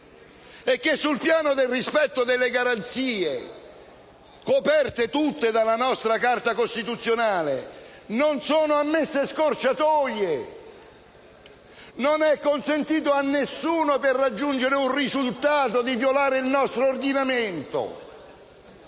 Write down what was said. e che sul piano del rispetto delle garanzie, coperte tutte dalla nostra Carta costituzionale, non sono ammesse scorciatoie; non è consentito a nessuno, per raggiungere un risultato, di violare il nostro ordinamento.